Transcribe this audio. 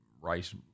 Rice